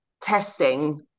testing